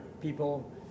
people